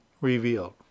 revealed